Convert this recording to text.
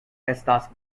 estas